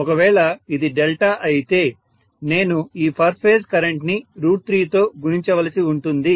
ఒకవేళ ఇది డెల్టా అయితే నేను ఈ పర్ ఫేజ్ కరెంట్ ని 3 తో గుణించవలసి ఉంటుంది